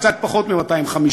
קצת פחות מ-250,